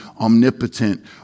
omnipotent